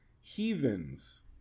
Heathens